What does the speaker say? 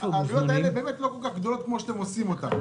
העלויות האלה באמת לא כל כך גדולות כפי שאתם עושים אותן.